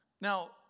Now